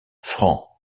francs